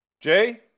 Jay